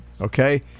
okay